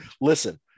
listen